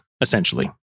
essentially